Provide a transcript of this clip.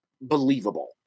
believable